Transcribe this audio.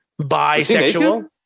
bisexual –